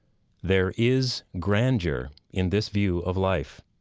there is grandeur in this view of life,